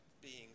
beings